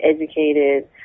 educated